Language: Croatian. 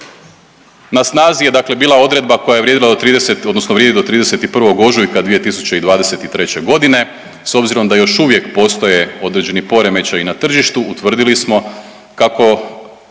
je vrijedila do 30, odnosno vrijedi do 31. ožujka 2023. godine. S obzirom da još uvijek postoje određeni poremećaji na tržištu utvrdili smo kako